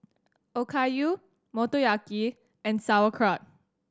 Okayu Motoyaki and Sauerkraut